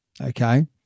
Okay